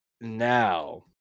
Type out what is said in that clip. now